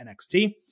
NXT